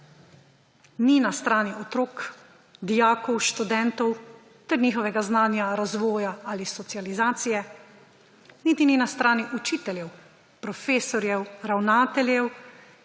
ni na strani otrok, dijakov, študentov ter njihovega znanja, razvoja ali socializacije, niti ni na strani učiteljev, profesorjev, ravnateljev,